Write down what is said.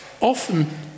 often